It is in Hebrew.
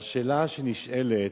השאלה הנשאלת,